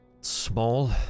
small